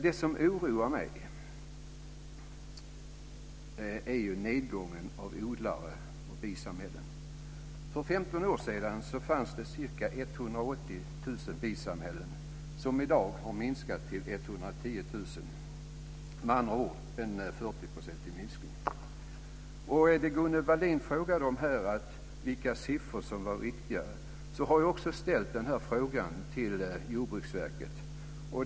Det som oroar mig är nedgången av odlare och bisamhällen. För 15 år sedan fanns det ca 180 000 bisamhällen, som i dag har minskat till 110 000 - med andra ord en 40-procentig minskning. Gunnel Wallin frågade efter vilka siffror som var riktiga. Jag har ställt frågan till Jordbruksverket.